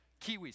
kiwis